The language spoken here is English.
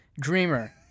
dreamer